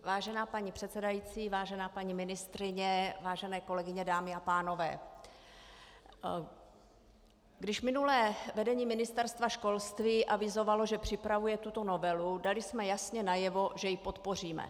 Vážená paní předsedající, vážená paní ministryně, vážené kolegyně, dámy a pánové, když minulé vedení Ministerstva školství avizovalo, že připravuje tuto novelu, dali jsme jasně najevo, že ji podpoříme.